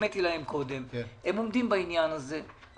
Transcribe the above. החמאתי להם קודם עומדים בעניין הזה.